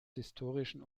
historischen